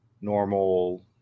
normal